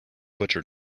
butcher